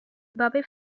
bobby